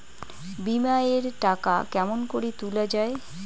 বিমা এর টাকা কেমন করি তুলা য়ায়?